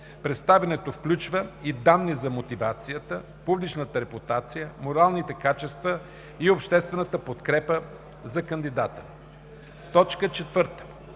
Представянето включва и данни за мотивацията, публичната репутация, моралните качества и обществената подкрепа за кандидата. 4. На кандидата